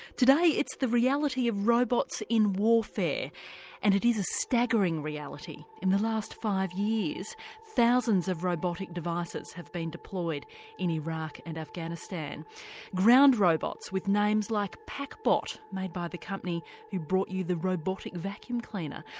today it's the reality of robots in warfare and it is a staggering reality. in the last five years thousands of robotic devices have been deployed in iraq and afghanistan ground robots with names like packbot made by the company who brought you the robotic vacuum cleaner,